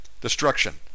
Destruction